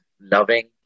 loving